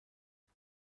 بعد